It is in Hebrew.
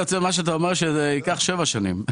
פועל יוצא ממה שאתה אומר הוא שזה ייקח שבע שנים.